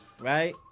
right